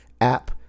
app